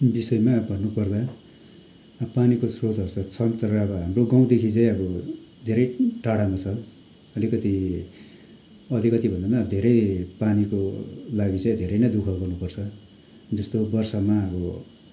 विषयमा भन्नु पर्दा पानीको श्रोतहरू त छन् तर अब हाम्रो गाउँदेखि चाहिँ अब धेरै टाढामा छ अलिकति अलिकति भन्दा पनि अब धेरै पानीको लागि चाहिँ धेरै नै दुःख गर्नुपर्छ जस्तो वर्षमा अब